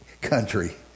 country